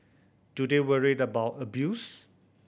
do they worried about abuse